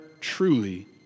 truly